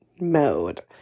mode